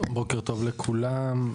בוקר טוב לכולם.